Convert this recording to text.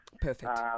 Perfect